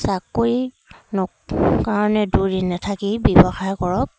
চাকৰি ন কাৰণে দৌৰি নাথাকি ব্যৱসায় কৰক